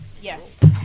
Yes